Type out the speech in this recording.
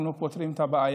אנחנו לא פותרים את הבעיה.